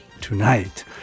tonight